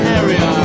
area